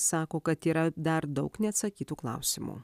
sako kad yra dar daug neatsakytų klausimų